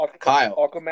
Kyle